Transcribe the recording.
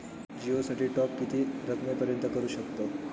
जिओ साठी टॉप किती रकमेपर्यंत करू शकतव?